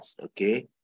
okay